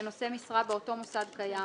כנושא משרה באותו מוסד קיים,